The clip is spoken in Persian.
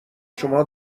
شما